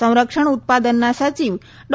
સંરક્ષણ ઉત્પાદનના સચિવ ડૉ